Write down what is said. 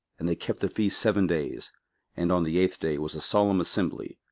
and they kept the feast seven days and on the eighth day was a solemn assembly,